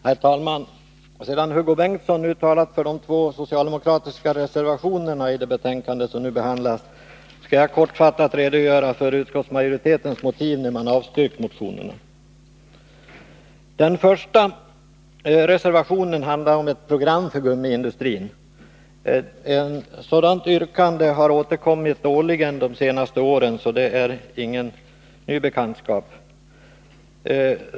Herr talman! Sedan Hugo Bengtsson talat för de två socialdemokratiska reservationerna i det betänkande som nu behandlas skall jag kortfattat redogöra för utskottsmajoritetens motiv när vi avstyrkt motionerna. Den första reservationen handlar om ett program för gummiindustrin. Det yrkandet har återkommit årligen de senaste åren. Det är alltså ingen ny bekantskap.